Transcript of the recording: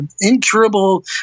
incurable